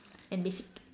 and basic~